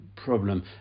problem